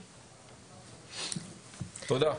תודה.